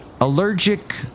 Allergic